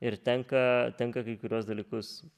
ir tenka tenka kai kuriuos dalykus